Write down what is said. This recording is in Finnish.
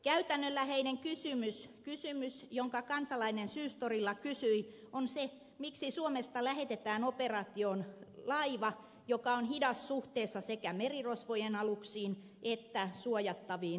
käytännönläheinen kysymys jonka kansalainen syystorilla kysyi on se miksi suomesta lähetetään operaatioon laiva joka on hidas suhteessa sekä merirosvojen aluksiin että suojattaviin ruokalaivoihin